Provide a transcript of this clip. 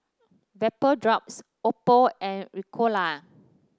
Vapodrops Oppo and Ricola